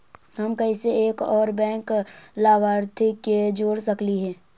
हम कैसे एक और बैंक लाभार्थी के जोड़ सकली हे?